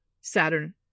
Saturn